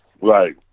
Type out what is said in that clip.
Right